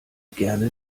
gerne